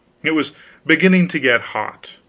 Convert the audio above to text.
it was beginning to get hot.